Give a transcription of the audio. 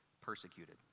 persecuted